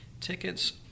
Tickets